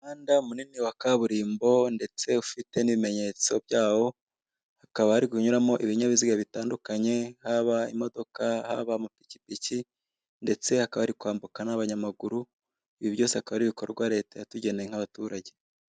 Umuhanda munini wa kaburimbo ndetse ufite n'ibimenyetso byawo, hakaba hari kunyuramo ibinyabiziga bitandukanye haba imodoka, haba amapikipiki ndetse hakaba hari kwambuka n'abanyamaguru. Ibi byose akaba ari ibikorwa leta yatugenya nk'abaturahe.